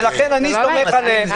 ולכן אני סומך עליהם.